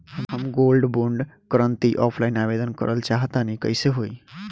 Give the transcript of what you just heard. हम gold bond करंति offline आवेदन करल चाह तनि कइसे होई?